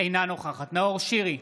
אינה נוכחת נאור שירי,